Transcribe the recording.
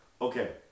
okay